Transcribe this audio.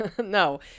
No